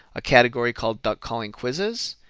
a category called duck calling quizzes,